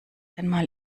einmal